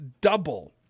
double